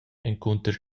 encunter